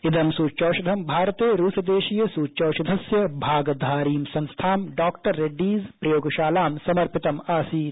इदं सूच्यौषधं भारते रूस देशीय सूच्यौषधस्य भागधारी संस्थां डॉ रेड्डीज प्रयोगशालां समर्पितम् आसीत्